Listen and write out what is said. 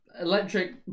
Electric